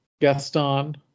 Gaston